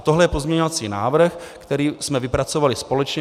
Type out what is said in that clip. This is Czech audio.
Tohle je pozměňovací návrh, který jsme vypracovali společně.